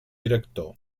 director